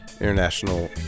International